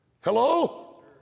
Hello